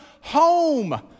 home